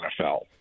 NFL